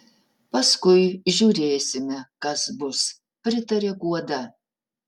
paskui žiūrėsime kas bus pritaria guoda